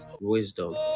wisdom